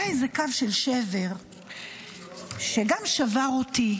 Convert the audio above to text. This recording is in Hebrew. היה איזה קו של שבר שגם שבר אותי,